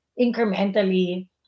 incrementally